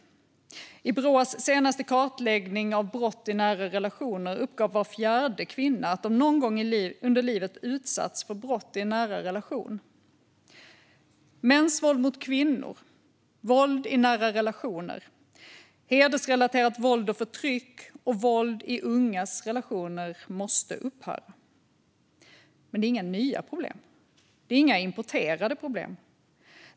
I Brås senaste kartläggning av brott i nära relationer uppgav var fjärde kvinna att hon någon gång under livet utsatts för brott i en nära relation. Mäns våld mot kvinnor, våld i nära relationer, hedersrelaterat våld och förtryck och våld i ungas relationer måste upphöra. Men det är inga nya problem. Det är inga importerade problem.